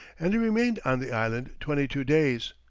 and he remained on the island twenty-two days.